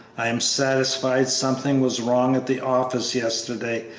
i am satisfied something was wrong at the office yesterday,